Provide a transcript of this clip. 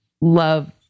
love